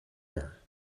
jaar